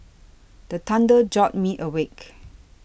the thunder jolt me awake